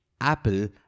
Apple